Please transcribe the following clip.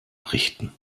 richten